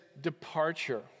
departure